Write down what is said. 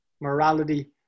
morality